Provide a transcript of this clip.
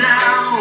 now